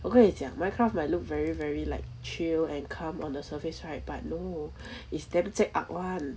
我跟你讲 minecraft may look very very like chill and calm on the surface right but no is damn cek ark [one]